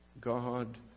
God